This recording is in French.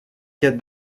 cas